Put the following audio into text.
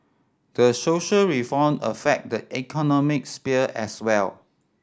the social reform affect the economic sphere as well